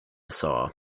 saw